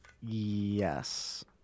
Yes